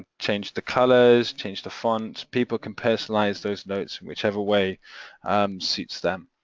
change the colours, change the font. people can personalise those notes whichever way suits them.